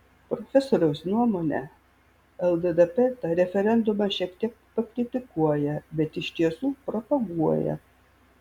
profesoriaus nuomone lddp tą referendumą šiek tiek pakritikuoja bet iš tiesų propaguoja